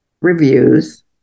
reviews